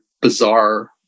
bizarre